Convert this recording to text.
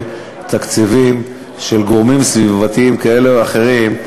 תקציבים של גורמים סביבתיים כאלה ואחרים,